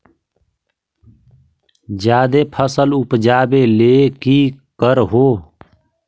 जादे फसल उपजाबे ले की कर हो?